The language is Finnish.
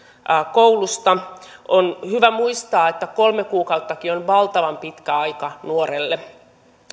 koulusta on hyvä muistaa että kolme kuukauttakin on valtavan pitkä aika nuorelle